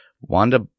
Wanda